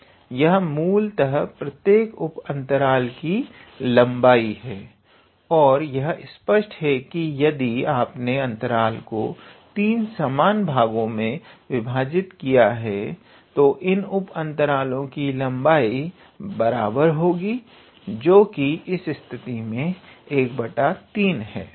यह मूलतः प्रत्येक उप अंतरल की लंबाई हैं और यह स्पष्ट हैं कि यदि आपने अंतराल को तीन समान भागों में विभाजित किया हैं तो इन तीनों उप अंतरलों की लंबाई बराबर होगी जो कि इस स्थिति में 13 है